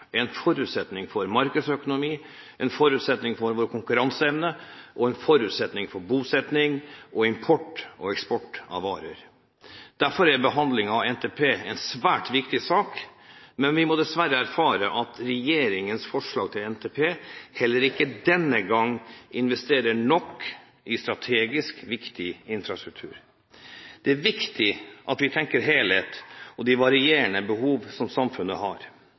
en forutsetning for markedsøkonomi, for vår konkurranseevne og for bosetting, import og eksport av varer. Derfor er behandlingen av NTP en svært viktig sak, men vi må dessverre erfare at regjeringens forslag til NTP heller ikke denne gang investerer nok i strategisk viktig infrastruktur. Det er viktig at vi tenker helhet og på de varierende behov som samfunnet har.